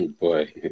Boy